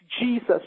Jesus